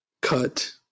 cut